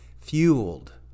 fueled